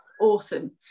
awesome